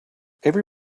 every